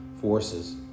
forces